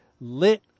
lit